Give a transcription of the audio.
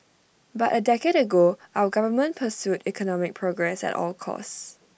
but A decade ago our government pursued economic progress at all costs